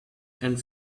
and